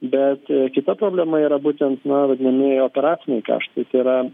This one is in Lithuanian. bet kita problema yra būtent na vadinamieji operaciniai kaštai tai yra